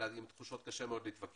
אבל עם תחושות קשה להתווכח,